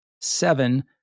seven